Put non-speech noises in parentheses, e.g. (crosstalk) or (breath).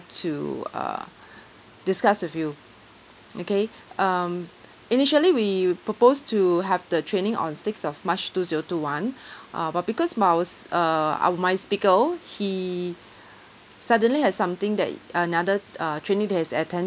to uh (breath) discuss with you okay (breath) um initially we proposed to have the training on six of march two zero two one (breath) uh but because my our s~ err our my speaker he (breath) suddenly has something that another uh training that he has attend